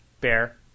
bear